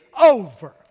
over